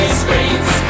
screens